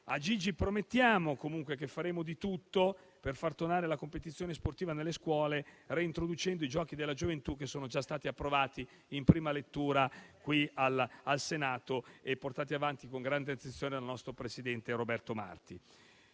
a Gigi promettiamo che faremo di tutto per far tornare la competizione sportiva nelle scuole, reintroducendo i Giochi della gioventù che sono già stati approvati in prima lettura qui in Senato e portati avanti con grande attenzione dal nostro presidente Roberto Marti.